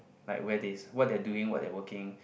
like where they what they're doing what they're working